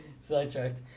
sidetracked